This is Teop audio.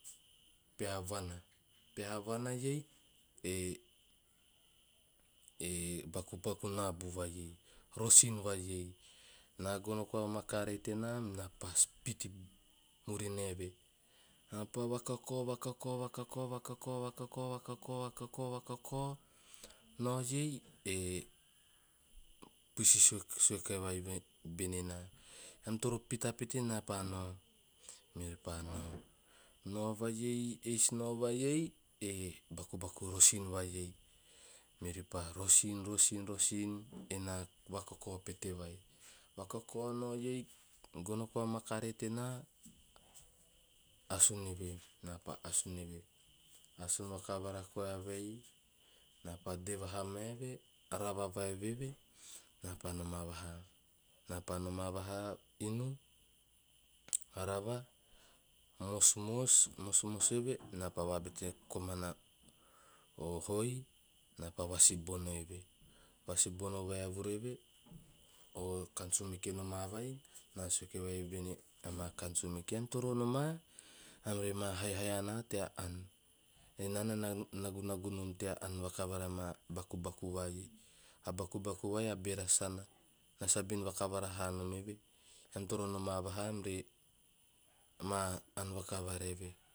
Peha vana, peha vana ei e- e bakubaku naaba vai ei rosin vai ei na gono koa o makeree tena na paa spiti murina eve. Na paa vakakao vakakao vakakao vakakao vakakao vakakao vakakao vakakao nao ei e puisi sue ki vai bene na ean toro pita pete na paa nao meori pa nao- meori pa nao. Nao vai eis nao vai ei e bakubaku rosin vai ei, meori pa rosin rosin rosin, ena vakakao pete vai ei. Vakakao nao ei ena gono koa makaree tena asun rapa teme a he eve napa asun eve. Asun a kabara koa vei, ava vai eve na pa noma vaha- na pa noma vaha inu, a rava mosmos eve vai eve na pa vabete eve komana o hoi na paan vasibono eve. Vasibono vae vuru eve o kaan sumeke noma vai, na sue kivai bene ama kaan sumeke "ean toro noma ean remaa haihai ana teama ean ena na nagunagu nom tea ann vakavara ama bakubaku vai ei, a bakubaku vai e beera sana na sabin vakavara haanom eve, eam toro noma vaha ean reema aan vakavara eve,